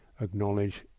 acknowledge